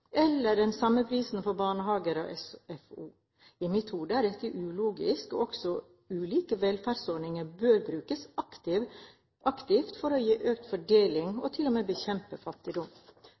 eller den samme prisen for barnehager og SFO. I mitt hode er dette ulogisk – også ulike velferdsordninger bør brukes aktivt for å gi økt fordeling og til og med bekjempe fattigdom.